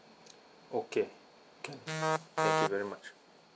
okay can thank you very much